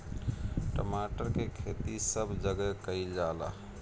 टमाटर के खेती सब जगह कइल जाला